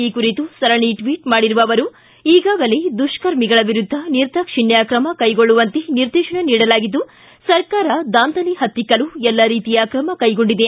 ಈ ಕುರಿತು ಸರಣಿ ಟ್ವಿಬ್ ಮಾಡಿರುವ ಅವರು ಈಗಾಗಲೇ ದುಷ್ಕರ್ಮಿಗಳ ವಿರುದ್ದ ನಿರ್ದಾಕ್ಷಿಣ್ವ ತ್ರಮ ಕೈಗೊಳ್ಳುವಂತೆ ನಿರ್ದೇಶನ ನೀಡಲಾಗಿದ್ದು ಸರ್ಕಾರ ದಾಂಧಲೆ ಪತ್ತಿಕ್ಕಲು ಎಲ್ಲ ರೀತಿಯ ಕ್ರಮ ಕೈಗೊಂಡಿದೆ